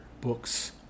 books